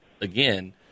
again